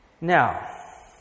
Now